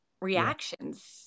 reactions